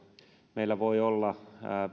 meillä voi olla